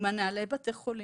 מנהלי בתי חולים,